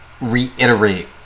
Reiterate